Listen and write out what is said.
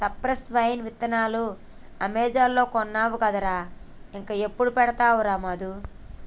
cypress vine విత్తనాలు Amazon లో కొన్నావు కదరా ఇంకా ఎప్పుడు పెడతావురా మధు